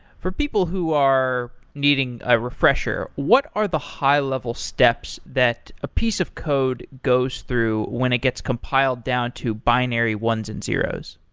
for people who are needing a refresher, what are the high-level steps that a piece of code goes through when it gets compiled down to binary ones and zeroes?